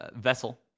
Vessel